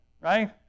Right